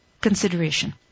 consideration